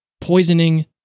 poisoning